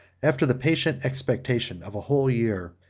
after the patient expectation of a whole year,